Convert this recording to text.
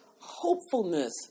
hopefulness